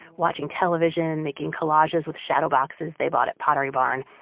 watching television, making collages with shadow boxes they bought at pottery barn,